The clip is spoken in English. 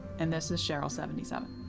and this is cheryl seventy seven.